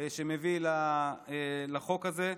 שמביא לחוק הזה.